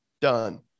done